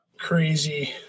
Crazy